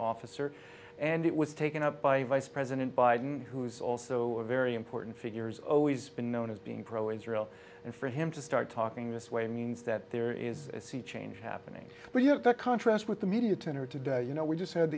officer and it was taken up by vice president biden who is also a very important figures always been known as being pro israel and for him to start talking this way means that there is a sea change happening but you have to contrast with the media tenor today you know we just had